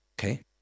Okay